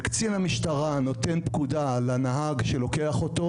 קצין המשטרה נותן פקודה לנהג שלוקח אותו